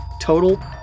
Total